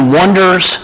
wonders